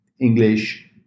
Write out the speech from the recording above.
English